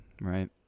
right